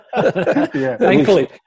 Thankfully